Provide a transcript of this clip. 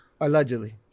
Allegedly